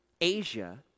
asia